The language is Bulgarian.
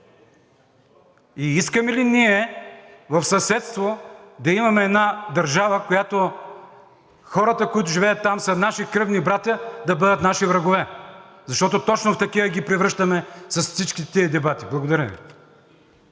Искаме ли ние в съседство да имаме една държава, където хората, които живеят там, са наши кръвни братя, а да бъдат наши врагове, защото точно в такива ги превръщаме с всички тези дебати?! Благодаря.